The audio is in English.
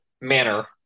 manner